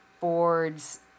board's